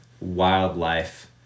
wildlife